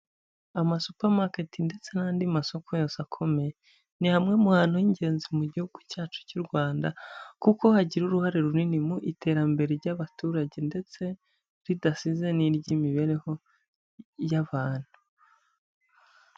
Amasupamaketi ndetse n'andi masoko yose akomeye ni hamwe mu hantu h'ingenzi mu gihugu cyacu cy'u Rwanda kuko hagira uruhare runini mu iterambere ry'abaturage ndetse ridasize n'iry'imibereho y'abantu.